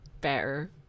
better